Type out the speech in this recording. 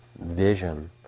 vision